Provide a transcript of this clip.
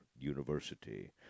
University